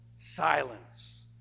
silence